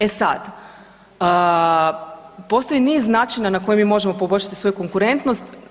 E sad, postoji niz načina na koji mi možemo poboljšati svoju konkurentnost.